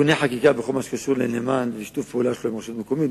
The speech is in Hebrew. תיקוני חקיקה בכל מה שקשור לנאמן ושיתוף הפעולה שלו עם הרשות המקומית,